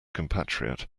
compatriot